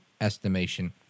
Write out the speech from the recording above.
estimation